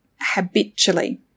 habitually